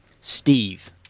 Steve